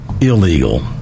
illegal